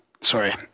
Sorry